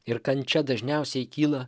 ir kančia dažniausiai kyla